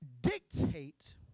dictate